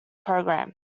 program